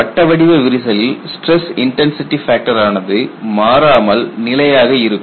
வட்ட வடிவ விரிசலில் ஸ்டிரஸ் இன்டன்சிடி ஃபேக்டர் ஆனது மாறாமல் நிலையாக இருக்கும்